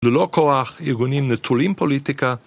ללא כוח ארגונים נטולים פוליטיקה